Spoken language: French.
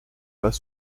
pas